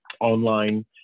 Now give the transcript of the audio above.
online